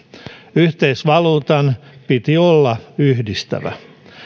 yhteisvaluutan piti olla yhdistävää